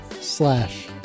slash